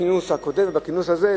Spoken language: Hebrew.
בכינוס הקודם ובכינוס הזה,